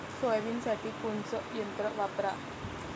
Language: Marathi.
सोयाबीनसाठी कोनचं यंत्र वापरा?